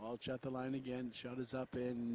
well just the line again shows up in